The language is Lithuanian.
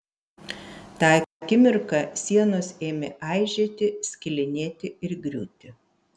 tą akimirką sienos ėmė aižėti skilinėti ir griūti